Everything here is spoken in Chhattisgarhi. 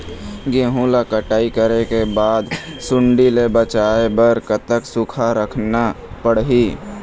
गेहूं ला कटाई करे बाद सुण्डी ले बचाए बर कतक सूखा रखना पड़ही?